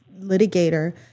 litigator